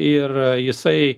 ir jisai